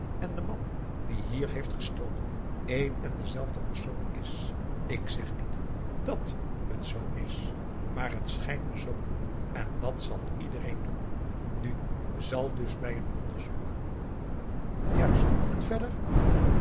en de man die hier heeft gestolen één en dezelfde persoon is ik zeg niet dàt het zoo is maar het schijnt me zoo toe en dat zal het iedereen doen nu zal dus bij een onderzoek juist en verder